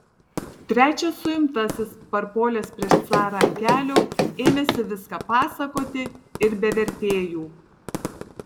trečias suimtasis parpuolęs prieš carą ant kelių ėmėsi viską pasakoti ir be vertėjų